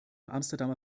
amsterdamer